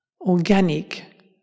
organic